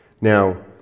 Now